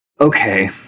okay